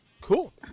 Cool